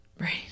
right